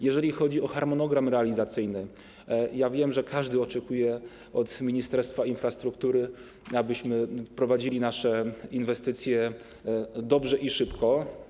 Jeżeli chodzi o harmonogram realizacyjny, wiem, że każdy oczekuje od Ministerstwa Infrastruktury, abyśmy prowadzili nasze inwestycje dobrze i szybko.